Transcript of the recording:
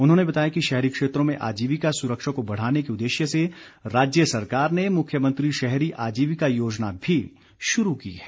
उन्होंने बताया कि शहरी क्षेत्रों में आजीविका सुरक्षा को बढ़ाने के उददेश्य से राज्य सरकार ने मुख्यमंत्री शहरी आजीविका योजना भी शुरू की है